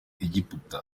egiputa